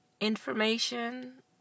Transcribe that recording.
information